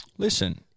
Listen